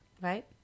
Right